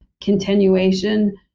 continuation